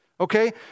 okay